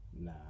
Nah